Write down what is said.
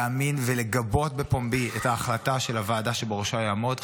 להאמין ולגבות בפומבי את ההחלטה של הוועדה שבראשה יעמוד?